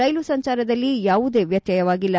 ರೈಲು ಸಂಚಾರದಲ್ಲಿ ಯಾವುದೇ ವ್ಯತ್ಯಯವಾಗಿಲ್ಲ